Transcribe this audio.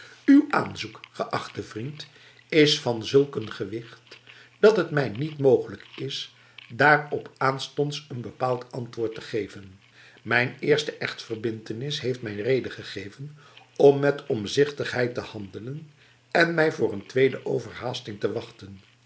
uw aanzoek geachte vriend is van zulk een gewicht dat het mij niet mogelijk is daarop aanstonds een bepaald antwoord te geven mijn eerste echtverbintenis heeft mij reden gegeven om met omzichtigheid te handelen en mij voor een tweede overhaasting te wachten